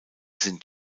sind